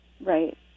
Right